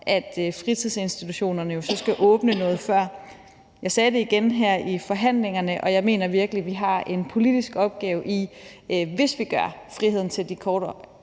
at fritidsinstitutionerne så skal åbne noget før. Jeg sagde det igen her i forhandlingerne, og jeg mener virkelig, at vi har en politisk opgave i, at vi, hvis vi gør friheden til de kortere